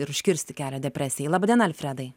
ir užkirsti kelią depresijai laba diena alfredai